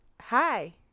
hi